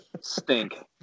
stink